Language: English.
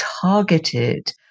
targeted